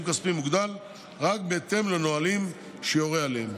כספי מוגדל רק בהתאם לנהלים שיורה עליהם.